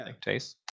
taste